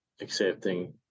accepting